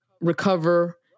recover